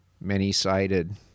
many-sided